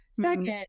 Second